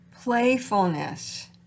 playfulness